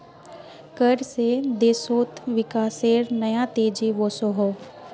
कर से देशोत विकासेर नया तेज़ी वोसोहो